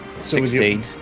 sixteen